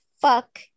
fuck